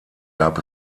gab